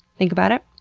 think about it!